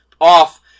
off